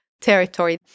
territory